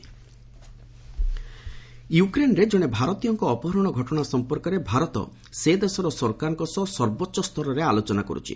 ସ୍ୱରାଜ ୟୁକ୍ରେନ୍ରେ କ୍ରଣେ ଭାରତୀୟଙ୍କ ଅପହରଣ ଘଟଣା ସଂପର୍କରେ ଭାରତ ସେ ଦେଶର ସରକାରଙ୍କ ସହ ସର୍ବୋଚ୍ଚ ସ୍ତରରେ ଆଲୋଚନା କରୁଛି